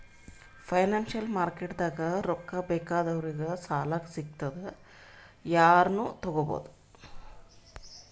financial ಮಾರ್ಕೆಟ್ದಾಗ್ ರೊಕ್ಕಾ ಬೇಕಾದವ್ರಿಗ್ ಸಾಲ ಸಿಗ್ತದ್ ಯಾರನು ತಗೋಬಹುದ್